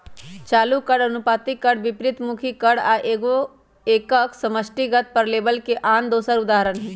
चालू कर, अनुपातिक कर, विपरितमुखी कर आ एगो एकक समष्टिगत कर लेबल के आन दोसर उदाहरण हइ